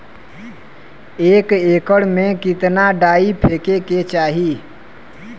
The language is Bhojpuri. एक एकड़ में कितना डाई फेके के चाही?